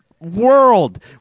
World